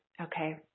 okay